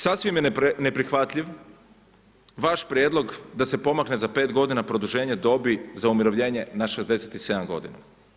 Sasvim je neprihvatljiv vaš prijedlog da se pomakne za 5 g. produženje dobi za umirovljenje na 67 godina.